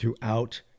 throughout